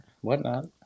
Whatnot